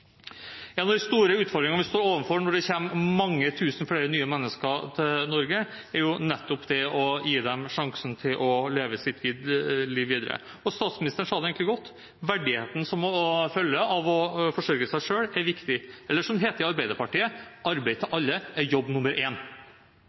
de store utfordringene vi står overfor når det kommer mange tusen flere nye mennesker til Norge, er nettopp det å gi dem sjansen til å leve sitt liv videre. Statsministeren sa det egentlig godt: Verdigheten som må følge av å forsørge seg selv, er viktig. Eller som det heter i Arbeiderpartiet: Arbeid til alle er jobb